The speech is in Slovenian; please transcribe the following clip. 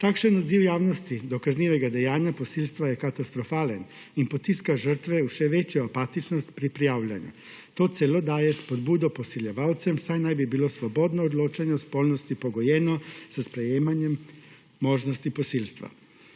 Takšen odziv javnosti do kaznivega dejanja do posilstva je katastrofalen in potiska žrtve v še večjo apatičnost pri prijavljanju. To celo daje spodbudo posiljevalcem, saj naj bi bilo svobodno odločanje o spolnosti pogojeno s sprejemanjem možnosti posilstva.